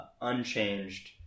unchanged